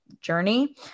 journey